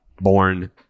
born